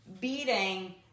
beating